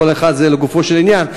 כל אחד זה לגופו של עניין.